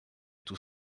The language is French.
tout